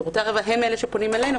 שירותי הרווחה הם אלה שפונים אלינו,